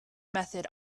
method